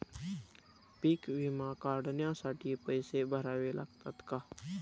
पीक विमा काढण्यासाठी पैसे भरावे लागतात का?